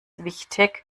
wichtig